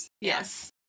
Yes